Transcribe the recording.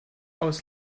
aus